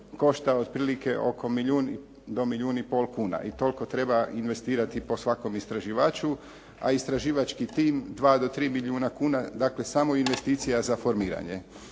košta otprilike oko milijun do milijun i pol kuna i toliko treba investirati po svakom istraživaču, a istraživački tim 2 do 3 milijuna kuna, dakle samo investicija za formiranje.